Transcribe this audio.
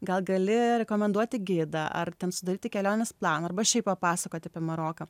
gal gali rekomenduoti gidą ar ten sudaryti kelionės planą arba šiaip papasakoti apie maroką